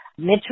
midterm